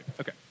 Okay